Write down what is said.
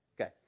okay